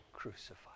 crucified